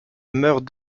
meurt